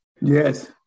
Yes